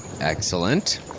Excellent